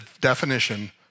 definition